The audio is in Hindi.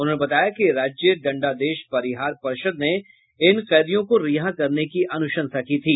उन्होंने बताया कि राज्य दंडादेश परिहार पर्षद् ने इन कैदियों को रिहा करने की अनुशंसा की थी